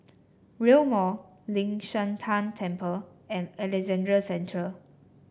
Rail Mall Ling San Teng Temple and Alexandra Central